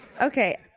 Okay